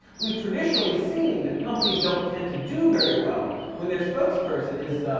we've traditionally seen that companies don't tend to do very well when their spokesperson is.